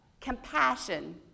Compassion